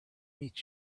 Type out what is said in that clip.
meet